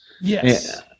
Yes